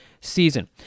season